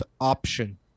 option